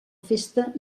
festa